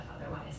otherwise